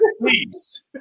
please